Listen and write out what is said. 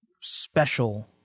special